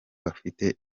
bafite